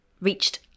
reached